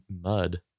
mud